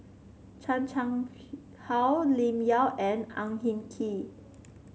Chan Chang How Lim Yau and Ang Hin Kee